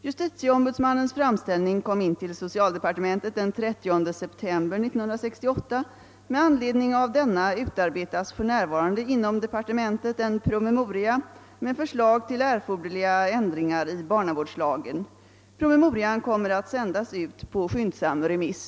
Justitieombudsmannens främställning kom in till socialdepartementet den 30 september 1968. Med anledning av denna utarbetas för närvarande inom departementet en promemoria med förslag till erforderliga ändringar i barnavårdslagen. Promemorian kommer att sändas ut på skyndsam remiss.